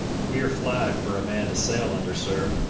queer flag for a man to sail under, sir.